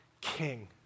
king